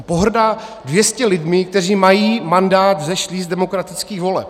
On pohrdá 200 lidmi, kteří mají mandát vzešlý z demokratických voleb.